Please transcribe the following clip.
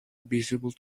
visible